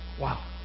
Wow